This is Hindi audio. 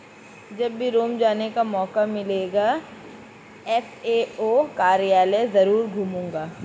जब भी रोम जाने का मौका मिलेगा तो एफ.ए.ओ कार्यालय जरूर घूमूंगा